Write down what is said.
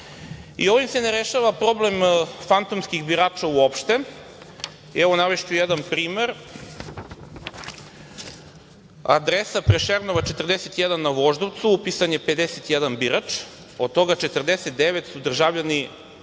video. Ovim se ne rešava problem fantomskih birača uopšte. Evo, navešću jedan primer. Adresa: Prešernova 41 na Voždovcu, upisan je 51 birač, od toga 49 su državljani